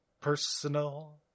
personal